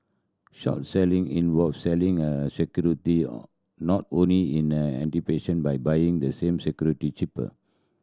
short selling involves selling a security not owned in a anticipation of buying the same security cheaper